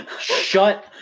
shut